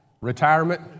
retirement